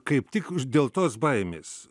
kaip tik dėl tos baimės